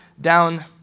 down